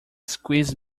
squeeze